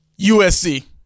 USC